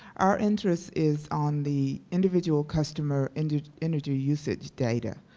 our interest is on the individual customer and energy usage data.